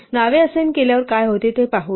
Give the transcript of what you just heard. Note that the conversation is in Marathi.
नावे असाइन केल्यावर काय होते ते पाहूया